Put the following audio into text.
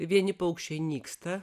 vieni paukščiai nyksta